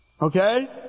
Okay